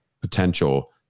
potential